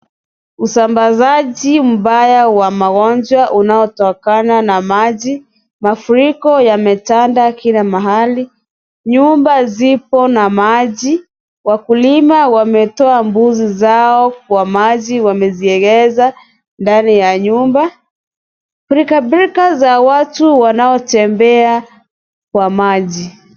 Usambazaji mbaya wa magonjwa unaotokana na maji. Mafuriko yametanda kila mahali. Nyuma zipo na maji. Wakulima wametoa mbuzi zao kwa maji wameziegeza ndani ya nyumba. Pilkapilka za watu wanaotembea kwa maji.